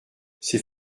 c’est